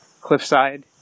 cliffside